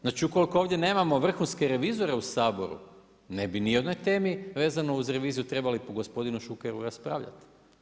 Znači ukoliko ovdje nemamo vrhunske revizore u Saboru, ne bi ni u jednoj temi vezano uz reviziji trebali po gospodinu Šukeru raspravljati.